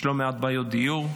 יש לא מעט בעיות דיור.